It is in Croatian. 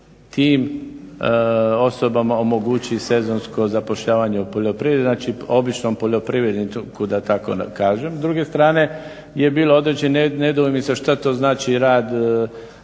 tim osobama omogući sezonsko zapošljavanje u poljoprivredi, znači običnom poljoprivredniku da tako kažem. S druge strane je bilo određene nedoumice šta to znači rad